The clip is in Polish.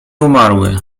umarły